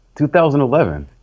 2011